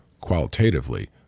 qualitatively